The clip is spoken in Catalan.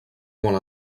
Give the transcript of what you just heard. molt